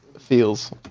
feels